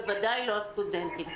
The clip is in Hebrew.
בוודאי לא הסטודנטים.